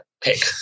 pick